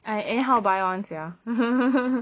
I anyhow buy [one] sia